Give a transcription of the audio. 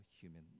human